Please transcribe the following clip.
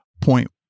point